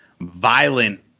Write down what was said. violent